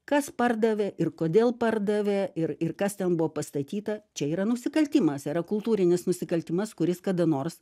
kas pardavė ir kodėl pardavė ir ir kas ten buvo pastatyta čia yra nusikaltimas yra kultūrinis nusikaltimas kuris kada nors